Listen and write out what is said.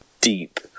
deep